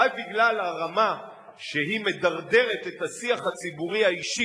רק בגלל הרמה שהיא מדרדרת אליה את השיח הציבורי האישי